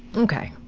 ok.